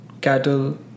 cattle